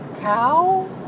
cow